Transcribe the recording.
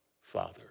Father